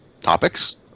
topics